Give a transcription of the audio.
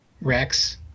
Rex